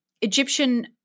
Egyptian